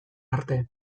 arte